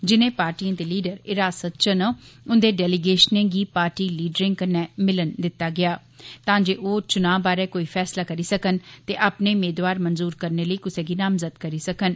जिनें पार्टिएं दे लीडर हिरसत च न उंदे डेलीगेशनएं गी पार्टी लीडरें कन्नै मिलन दित्ता गेआ तां जे ओ चुनां बारे कोई फैसला करी सकन ते अपने मेदवार मंजूर करने लेई कुसै गी नामजा करी सकन